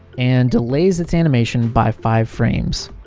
and delays its animation by five frames.